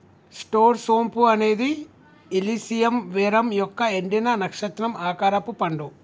star సోంపు అనేది Illicium verum యొక్క ఎండిన, నక్షత్రం ఆకారపు పండు